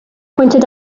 pointed